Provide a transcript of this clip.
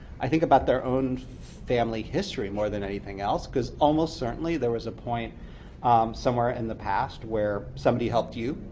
i think, about their own family history more than anything else, because almost certainly there was a point somewhere in the past where somebody helped you.